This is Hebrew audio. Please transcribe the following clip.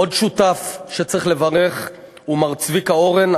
עוד שותף שצריך לברך הוא מר צביקה אורן,